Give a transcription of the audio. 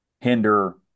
hinder